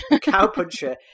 Cowpuncher